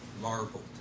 marbled